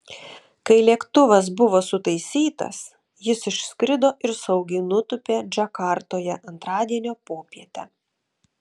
kai lėktuvas buvo sutaisytas jis išskrido ir saugiai nutūpė džakartoje antradienio popietę